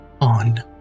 on